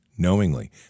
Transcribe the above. knowingly